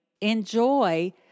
Enjoy